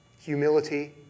humility